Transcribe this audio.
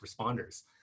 responders